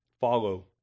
follow